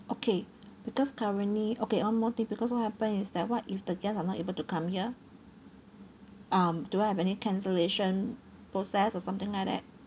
okay because currently okay one more thing because what happen is that what if the guest are not able to come here um do I have any cancellation process or something like that